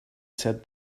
said